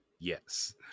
Yes